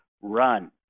run